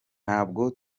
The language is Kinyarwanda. ntabwo